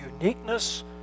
uniqueness